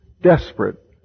desperate